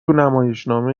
نمایشنامه